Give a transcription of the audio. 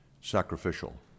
Sacrificial